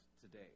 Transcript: today